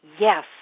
yes